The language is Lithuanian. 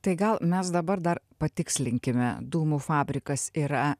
tai gal mes dabar dar patikslinkime dūmų fabrikas yra